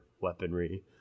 weaponry